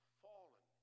fallen